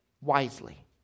wisely